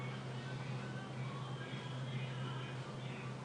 יש תכניות מחלימות לפחות בשני בתי החולים הירושלמיים,